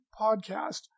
podcast